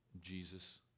Jesus